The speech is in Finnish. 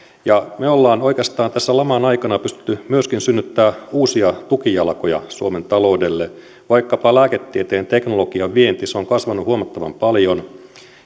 ja me olemme oikeastaan tässä laman aikana pystyneet myöskin synnyttämään uusia tukijalkoja suomen taloudelle vaikkapa lääketieteen teknologian vienti se on kasvanut huomattavan paljon